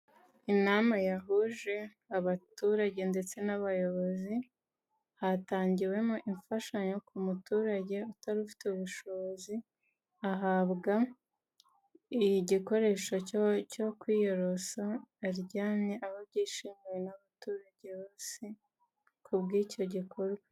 Inama yahuje abaturage ndetse n'abayobozi. Hatangiwemo imfashanyo ku muturage utari ufite ubushobozi, ahabwa igikoresho cyo kwiyorosa aryamye, aho byishimiwe n'abaturage bose, ku bw'icyo gikorwa.